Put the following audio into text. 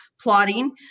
plotting